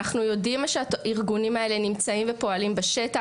אנחנו יודעים שהארגונים האלה נמצאים ופועלים בשטח.